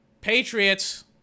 Patriots